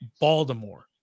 Baltimore